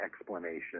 explanation